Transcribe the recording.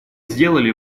сделали